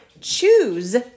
choose